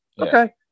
Okay